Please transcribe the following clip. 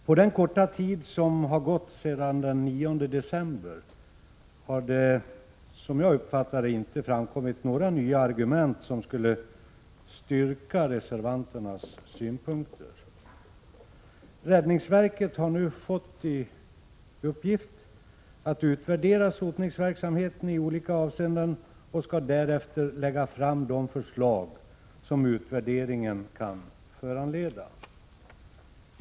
På den korta tid som har gått sedan den 9 december 1986 har det, som jag uppfattar saken, inte framkommit några nya argument som styrker reservanternas synpunkter. Räddningsverket har nu fått i uppgift att utvärdera sotningsverksamheten i olika avseenden och därefter lägga fram de förslag som utvärderingen kan föranleda.